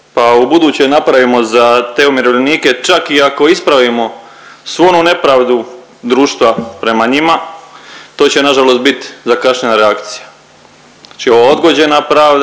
pa ubuduće napravimo za te umirovljenike čak i ako ispravimo svu onu nepravdu društva prema njima to će nažalost bit zakašnjela reakcija. Znači odgođena pravda